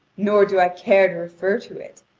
nor do i care to refer to it,